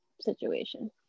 situation